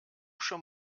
schon